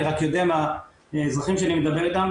אני רק יודע מהאזרחים שאני מדבר איתם